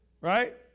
Right